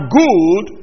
good